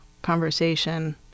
conversation